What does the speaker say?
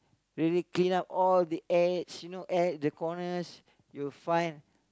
really clean up all the edge you know edge the corners you'll find